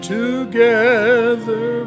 together